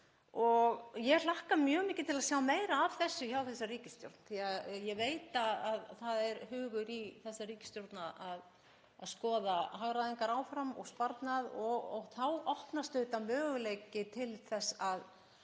Ég hlakka mjög mikið til að sjá meira af þessu hjá þessari ríkisstjórn því að ég veit að það er hugur í þessari ríkisstjórn að skoða hagræðingu áfram og sparnað og þá opnast auðvitað möguleiki til þess að